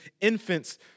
infants